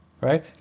Right